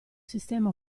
sistema